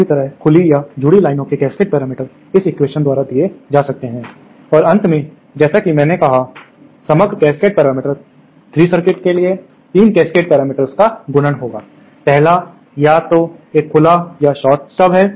इसी तरह खुली या जुड़ी लाइनों के कैस्केड पैरामीटर इन एक्वेशन्स द्वारा दिए जा सकते हैं और अंत में जैसा कि मैंने कहा समग्र कैस्केड पैरामीटर 3 सर्किट के 3 कैस्केड पैरामीटर्स का गुणन होगा पहला या तो एक खुला या शॉर्टेड स्टब है